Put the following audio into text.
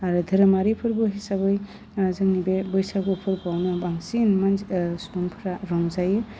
आरो धोरोमारि फोरबो हिसाबै आह जोंनि बे बैसागु फोरबोआवनो बांसिन मानसि सुबुंफ्रा रंजायो